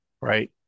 right